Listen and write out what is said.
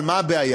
אבל מה הבעיה?